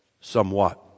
somewhat